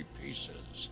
pieces